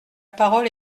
parole